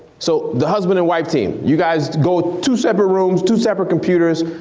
so the husband and wife team, you guys go two separate rooms, two separate computers,